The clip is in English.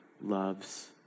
loves